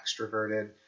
extroverted